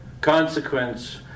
consequence